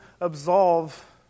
absolve